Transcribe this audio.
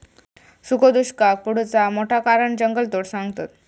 सुखो दुष्काक पडुचा मोठा कारण जंगलतोड सांगतत